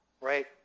right